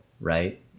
right